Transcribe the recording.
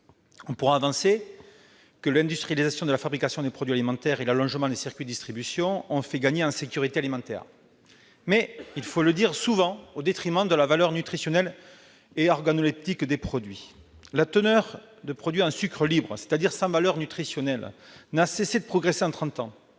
On pourra arguer que l'industrialisation de la fabrication des produits alimentaires et l'allongement des circuits de distribution ont fait gagner en sécurité alimentaire, mais, il faut le dire, cela a souvent été au détriment de la valeur nutritionnelle et organoleptique des produits. La teneur des produits en sucres libres, c'est-à-dire sans valeur nutritionnelle, n'a cessé de progresser en trente